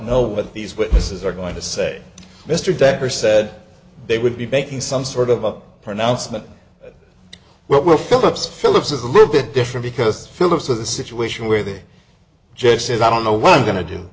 know what these witnesses are going to say mr decker said they would be making some sort of a pronouncement well phillips phillips is a little bit different because phillips of the situation where the judge says i don't know what i'm going to do